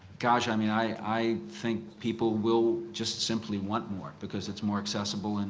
gosh. i mean, i i think people will just simply want more because it's more accessible. and